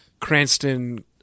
Cranston